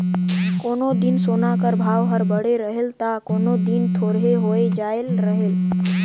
कोनो दिन सोना कर भाव हर बढ़े रहेल ता कोनो दिन थोरहें होए जाए रहेल